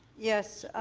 yes.